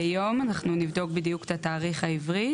ביום אנחנו נבדוק בדיוק את התאריך העברי.